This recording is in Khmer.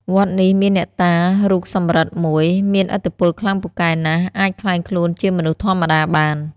វត្តនេះមានអ្នកតារូបសំរឹទ្ធិមួយ មានឥទ្ធិពលខ្លាំងពូកែណាស់ អាចក្លែងខ្លួនជាមនុស្សធម្មតាបាន ។